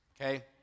okay